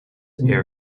air